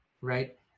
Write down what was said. Right